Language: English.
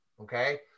Okay